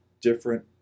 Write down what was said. different